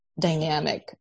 dynamic